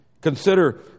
Consider